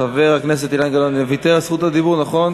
חבר הכנסת אילן גילאון ויתר על זכות הדיבור, נכון?